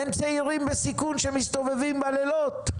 אין צעירים בסיכון שמסתובבים בלילות?